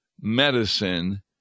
medicine